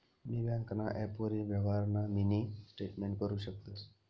बी ब्यांकना ॲपवरी यवहारना मिनी स्टेटमेंट करु शकतंस